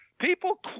People